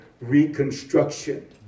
reconstruction